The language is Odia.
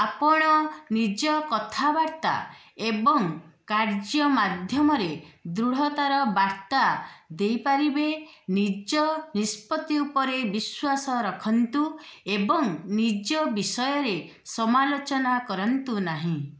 ଆପଣ ନିଜ କଥାବାର୍ତ୍ତା ଏବଂ କାର୍ଯ୍ୟ ମାଧ୍ୟମରେ ଦୃଢ଼ତାର ବାର୍ତ୍ତା ଦେଇପାରିବେ ନିଜ ନିଷ୍ପତ୍ତି ଉପରେ ବିଶ୍ୱାସ ରଖନ୍ତୁ ଏବଂ ନିଜ ବିଷୟରେ ସମାଲୋଚନା କରନ୍ତୁ ନାହିଁ